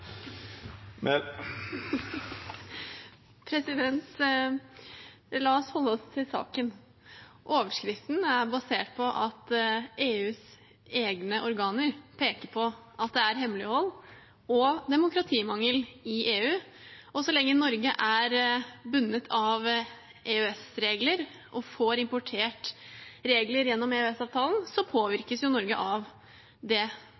La oss holde oss til saken. Overskriften er basert på at EUs egne organer peker på at det er hemmelighold og demokratimangel i EU. Så lenge Norge er bundet av EØS-regler og får importert regler gjennom EØS-avtalen, påvirkes Norge av den mangelen på demokrati og det